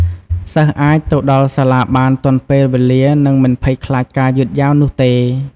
សិស្សអាចទៅដល់សាលាបានទាន់ពេលវេលានិងមិនភ័យខ្លាចការយឺតយ៉ាវនោះទេ។